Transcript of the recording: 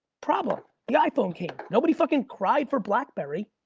problem, the iphone came. nobody fucking cried for blackberry,